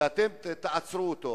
ותעצרו אותו.